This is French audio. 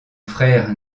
frère